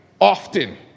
often